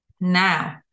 Now